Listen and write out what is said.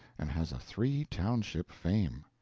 and has a three-township fame.